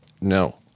no